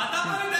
אירופה.